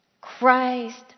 Christ